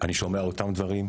ואני שומע את אותם דברים,